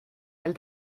veel